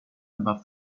above